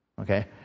okay